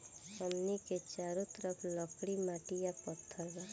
हमनी के चारो तरफ लकड़ी माटी आ पत्थर बा